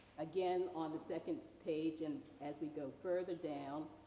again, on the second page and as we go further down,